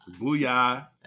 Booyah